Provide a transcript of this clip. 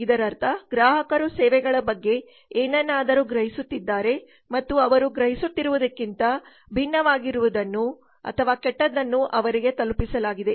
ಇದರರ್ಥ ಗ್ರಾಹಕರು ಸೇವೆಗಳ ಬಗ್ಗೆ ಏನನ್ನಾದರೂ ಗ್ರಹಿಸುತ್ತಿದ್ದಾರೆ ಮತ್ತು ಅವರು ಗ್ರಹಿಸುತ್ತಿರುವುದಕ್ಕಿಂತ ಭಿನ್ನವಾಗಿರುವುದನ್ನುಕೆಟ್ಟದ್ದನ್ನು ಅವರಿಗೆ ತಲುಪಿಸಲಾಗಿದೆ